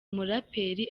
muraperi